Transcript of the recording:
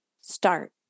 start